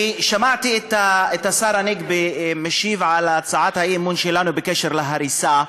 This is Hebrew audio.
אני שמעתי את השר הנגבי משיב על הצעת האי-אמון שלנו בקשר להריסה,